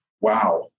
wow